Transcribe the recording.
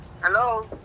Hello